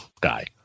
guy